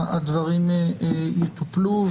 הדברים יטופלו,